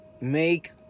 make